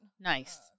Nice